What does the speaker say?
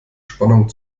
spannung